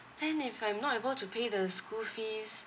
then if I'm not able to pay the school fees